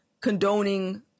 condoning